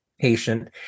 patient